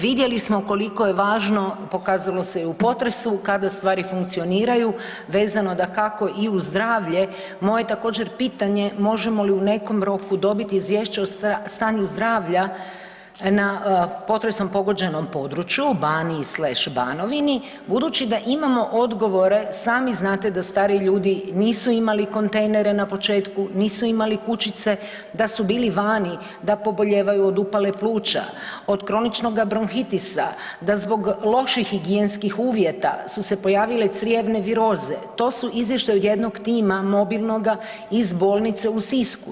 Vidjeli smo koliko je važno, pokazalo se i u potresu kada stvari funkcioniraju vezano dakako i uz zdravlje, moje je također pitanje možemo li u nekom roku dobiti izvješće o stanju zdravlja na potresom pogođenom području Baniji slash Banovini budući da imamo odgovore sami znate da stariji ljudi nisu imali kontejnere na početku, nisu imali kućice, da su bili vani, da pobolijevaju od upale pluća, od kroničnoga bronhitisa, da zbog loših higijenskih uvjeta su se pojavile crijevne viroze, to su izvještaji od jednog tima mobilnoga iz bolnice u Sisku.